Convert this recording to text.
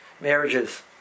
marriages